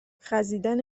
خزیدن